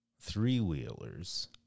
three-wheelers